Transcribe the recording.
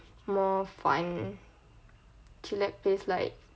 more fun chillax place like